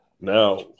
Now